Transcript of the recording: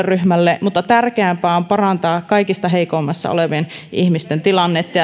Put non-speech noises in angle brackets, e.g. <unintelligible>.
<unintelligible> ryhmälle vaan tärkeämpää on parantaa kaikista heikoimmassa asemassa olevien ihmisten tilannetta <unintelligible>